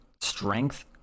strength